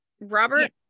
Robert